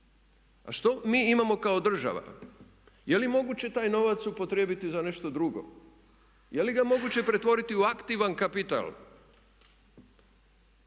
A što mi imamo kao država. Je li moguće taj novac upotrijebiti za nešto drugo? Je li ga moguće pretvoriti u aktivan kapital